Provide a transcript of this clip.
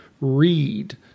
read